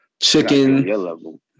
Chicken